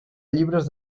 llibres